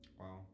Wow